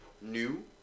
new